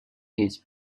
his